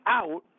out